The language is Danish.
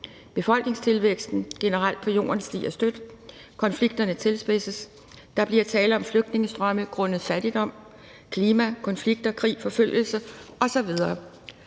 Befolkningstilvæksten generelt på jorden stiger støt, konflikterne tilspidses, der bliver tale om flygtningestrømme grundet fattigdom, klima, konflikt og krig, forfølgelse osv.,